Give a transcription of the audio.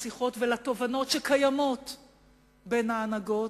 לשיחות ולתובנות בין ההנהגות,